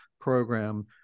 program